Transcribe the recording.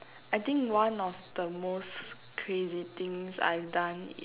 I think one of the most crazy things I've done is